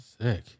Sick